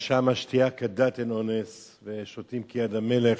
ושם "השתייה כדת, אין אונס", ושותים כיד המלך,